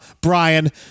Brian